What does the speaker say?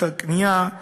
את הקנייה,